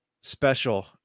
special